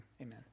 amen